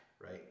right